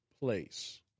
place